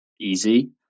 easy